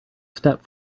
step